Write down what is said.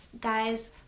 Guys